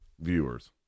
Viewers